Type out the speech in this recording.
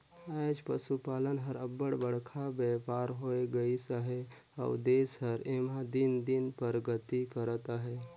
आएज पसुपालन हर अब्बड़ बड़खा बयपार होए गइस अहे अउ देस हर एम्हां दिन दिन परगति करत अहे